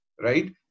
right